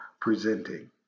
presenting